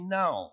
now